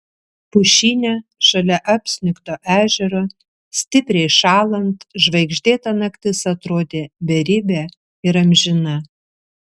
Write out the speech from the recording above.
pušyne šalia apsnigto ežero stipriai šąlant žvaigždėta naktis atrodė beribė ir amžina